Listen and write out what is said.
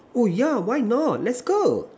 oh yeah why not let's go